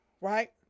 Right